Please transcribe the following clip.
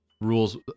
Rules